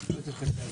זיקוקים.